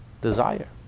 desire